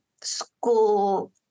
school